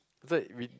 is like we